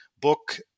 book